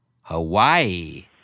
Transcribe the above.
Hawaii